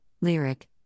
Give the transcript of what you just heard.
Lyric